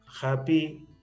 happy